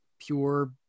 pure